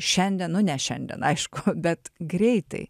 šiandien nu ne šiandien aišku bet greitai